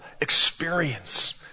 experience